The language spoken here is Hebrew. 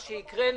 מה שהקראנו.